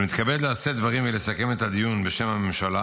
אני מתכבד לשאת דברים ולסכם את הדיון בשם הממשלה